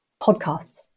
podcasts